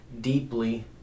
deeply